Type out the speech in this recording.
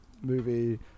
movie